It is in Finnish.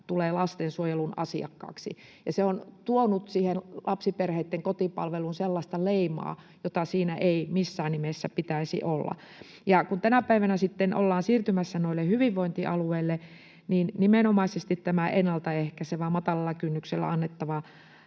tulee lastensuojelun asiakkaaksi, ja se on tuonut siihen lapsiperheitten kotipalveluun sellaista leimaa, jota siinä ei missään nimessä pitäisi olla. Kun tänä päivänä sitten ollaan siirtymässä noille hyvinvointialueille, niin nimenomaisesti tämä ennaltaehkäisevä matalalla kynnyksellä annettava